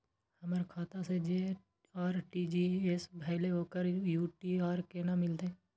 हमर खाता से जे आर.टी.जी एस भेलै ओकर यू.टी.आर केना मिलतै?